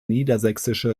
niedersächsische